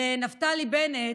לנפתלי בנט,